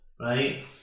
right